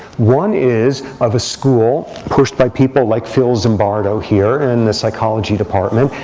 one is of a school pushed by people like phil zimbardo here in the psychology department,